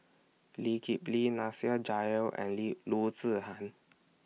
Lee Kip Lee Nasir Jalil and Loo Zihan